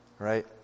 Right